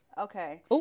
Okay